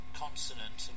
consonant